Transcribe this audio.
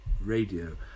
radio